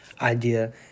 idea